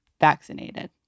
vaccinated